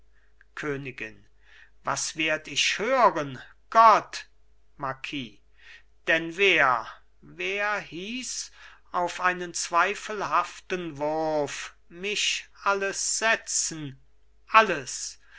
königin was werd ich hören gott marquis denn wer wer hieß auf einen zweifelhaften wurf mich alles setzen alles